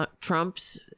Trump's